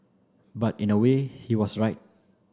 but in a way he was right